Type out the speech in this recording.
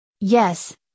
Yes